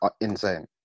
insane